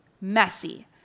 messy